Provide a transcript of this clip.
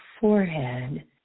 forehead